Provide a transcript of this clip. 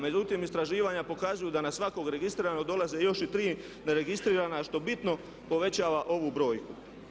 Međutim istraživanja pokazuju da na svakog registriranog dolaze još i 3 neregistrirana što bitno povećava ovu brojku.